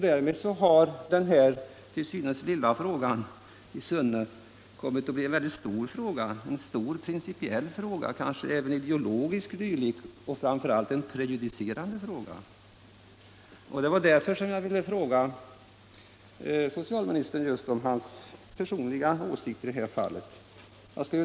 Därmed har den här till synes lilla frågan i Sunne kommit att bli en stor fråga, en principiell kanske ideologisk fråga och framför allt en prejudicerande fråga. Det var därför jag ville höra socialministerns personliga åsikt i detta fall.